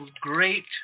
great